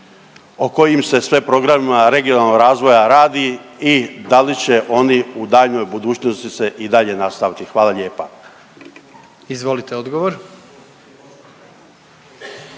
o kojim se sve programima regionalnog razvoja radi i da li će oni u daljnjoj budućnosti se i dalje nastaviti. Hvala lijepa. **Jandroković,